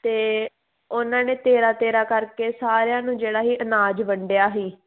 ਅਤੇ ਉਹਨਾਂ ਨੇ ਤੇਰਾ ਤੇਰਾ ਕਰਕੇ ਸਾਰਿਆਂ ਨੂੰ ਜਿਹੜਾ ਸੀ ਅਨਾਜ ਵੰਡਿਆ ਸੀ